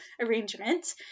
arrangement